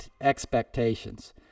expectations